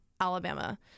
Alabama